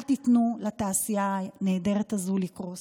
אל תיתנו לתעשייה הנהדרת הזו לקרוס.